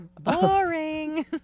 Boring